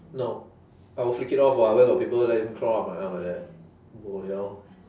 no I will flick it off [what] where got people let it crawl up my arm like that bo liao